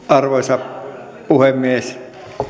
arvoisa puhemies